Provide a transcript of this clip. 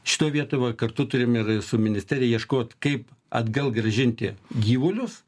šitoj vietoj va kartu turim ir su ministerija ieškot kaip atgal grąžinti gyvulius